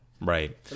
right